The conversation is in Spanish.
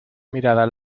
mirada